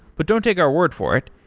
but don't take our word for it.